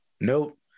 Nope